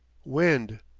wind.